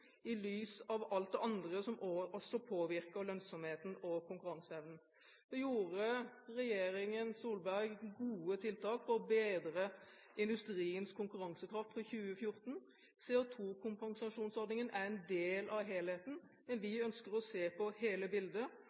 i lys av alt det andre som også påvirker lønnsomheten og konkurranseevnen. Så gjorde regjeringen Solberg gode tiltak for å bedre industriens konkurransekraft for 2014. CO2-kompensasjonsordningen er en del av helheten, men vi ønsker å se på hele bildet.